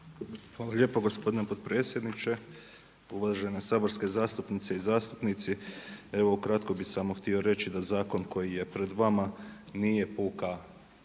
Hvala lijepo gospodine potpredsjedniče, uvažene saborske zastupnice i zastupnici evo ukratko bih samo reći da zakon koji je pred vama koji je